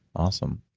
awesome.